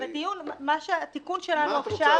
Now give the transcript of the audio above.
אז בואי תגידי מה את רוצה.